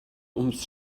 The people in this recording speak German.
ums